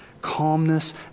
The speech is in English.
calmness